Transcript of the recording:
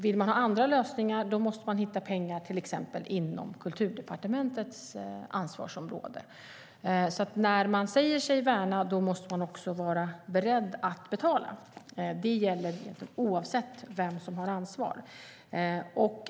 Vill man ha andra lösningar måste man hitta pengar inom till exempel Kulturdepartementets ansvarsområde. När man säger sig värna musiken måste man också vara beredd att betala. Det gäller oavsett vem som har ansvaret.